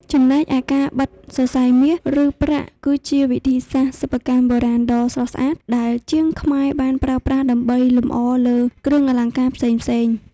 ចំំណែកឯការបិតសរសៃមាស ឬ ប្រាក់គឺជាវិធីសាស្ត្រសិប្បកម្មបុរាណដ៏ស្រស់ស្អាតដែលជាងខ្មែរបានប្រើប្រាស់ដើម្បីលម្អលើគ្រឿងអលង្ការផ្សេងៗ។